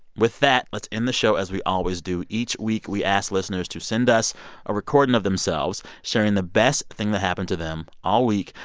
with that, let's the show as we always do. each week we ask listeners to send us a recording of themselves sharing the best thing that happened to them all week.